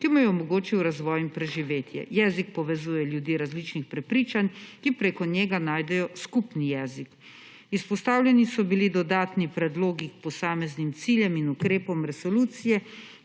ki mu je omogočil razvoj in preživetje. Jezik povezuje ljudi različnih prepričanj, ki preko njega najdejo skupni jezik. Izpostavljeni so bili dodatni predlogi k posameznim ciljem in ukrepom resolucije,